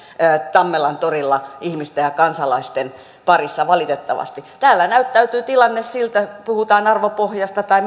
tammelantorilla ihmisten ja kansalaisten parissa valitettavasti täällä näyttää tilanne siltä kun puhutaan arvopohjastanne tai